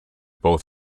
both